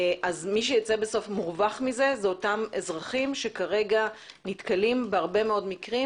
מי שייצא מורווח מזה זה אותם אזרחים שכרגע נתקלים בהרבה מאוד מקרים